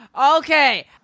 Okay